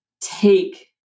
take